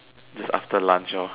this after lunch lor